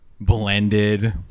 Blended